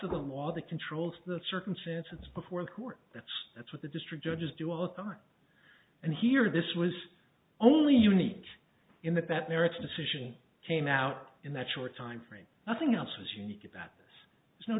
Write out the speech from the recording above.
of the law that controls the circumstances before the court that's that's what the district judges do all the time and here this was only unique in that that merits decision came out in that short time frame nothing else